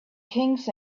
kings